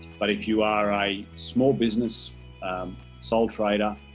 but if you are a small business sole trader